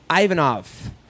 Ivanov